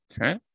Okay